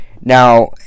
now